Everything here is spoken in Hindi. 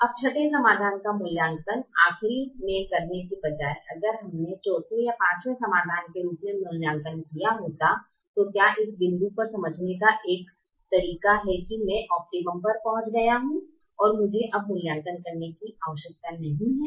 अब छठे समाधान का मूल्यांकन आखरी मे करने के बजाय अगर हमने चौथे या पांचवें समाधान के रूप में मूल्यांकन किया होता तो क्या उस बिंदु पर समझने का एक तरीका है कि मैं सर्वोतम पर पहुंच गया हूं और मुझे अब मूल्यांकन करने की आवश्यकता नहीं है